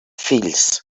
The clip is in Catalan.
fills